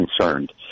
concerned